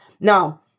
Now